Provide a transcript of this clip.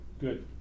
Good